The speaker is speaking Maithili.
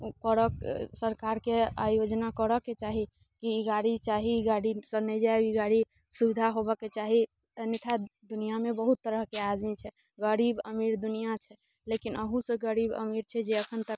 करऽ सरकारके आयोजना करऽ के चाही ई गाड़ी चाही ई गाड़ीसँ नहि जायब ई गाड़ी सुविधा होबऽ के चाही अन्यथा दुनियामे बहुत तरहके आदमी छै गरीब अमीर दुनिया छै लेकिन अहूसँ गरीब अमीर छै जे एखन तक